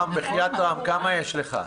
רם, כמה יש לך?